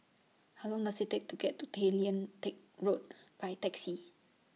How Long Does IT Take to get to Tay Lian Teck Road By Taxi